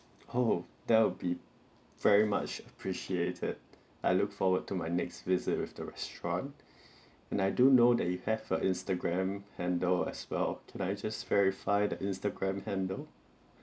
!ho! that'll be very much appreciated I look forward to my next visit with the restaurant and I do know that you have a instagram handle as well can I just verify the instagram handle